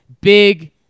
Big